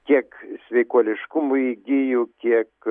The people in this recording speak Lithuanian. kiek sveikuoliškumo įgijo kiek